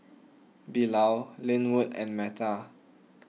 Bilal Linwood and Metta